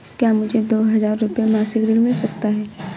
क्या मुझे दो हज़ार रुपये मासिक ऋण मिल सकता है?